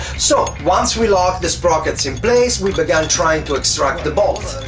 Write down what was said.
so, once we locked the sprockets in place we begun trying to extract the bolt.